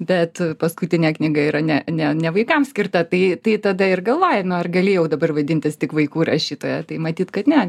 bet paskutinė knyga yra ne ne ne vaikams skirta tai tai tada ir galvoji na ar gali jau dabar vadintis tik vaikų rašytoja tai matyt kad ne